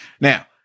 Now